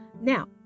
now